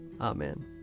Amen